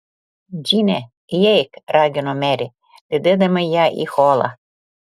džine įeik ragino merė lydėdama ją į holą